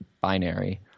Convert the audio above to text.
binary